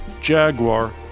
Jaguar